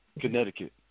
Connecticut